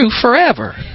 forever